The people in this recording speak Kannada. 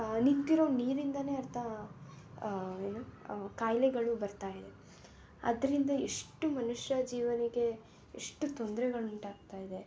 ನಿಂತಿರುವ ನೀರಿಂದ ಅರ್ಧ ಏನು ಖಾಯಿಲೆಗಳು ಬರ್ತಾಯಿದೆ ಅದರಿಂದ ಎಷ್ಟು ಮನುಷ್ಯ ಜೀವನಿಗೆ ಎಷ್ಟು ತೊಂದ್ರೆಗಳು ಉಂಟಾಗ್ತಾಯಿದೆ